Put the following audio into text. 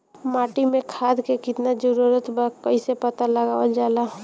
माटी मे खाद के कितना जरूरत बा कइसे पता लगावल जाला?